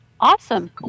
awesome